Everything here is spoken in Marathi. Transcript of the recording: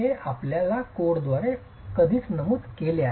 हे आपल्या स्वतःच्या कोडद्वारे आधीच नमूद केले आहे